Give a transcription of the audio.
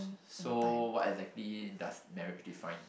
so what exactly does marriage define